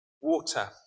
Water